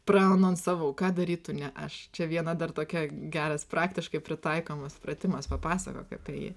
praanonsavau ką darytų ne aš čia viena dar tokia geras praktiškai pritaikomas pratimas papasakok apie jį